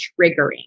triggering